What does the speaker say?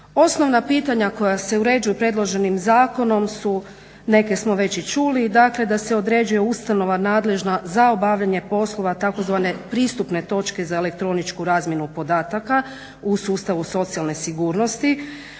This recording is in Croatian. Osnovna pitanja koja se uređuju predloženim zakonom su neke smo već i čuli, dakle da se određuje ustanova nadležna za obavljanje poslova tzv. pristupne točke za elektroničku razmjenu podataka u sustavu socijalne sigurnosti,